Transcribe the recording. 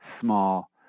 small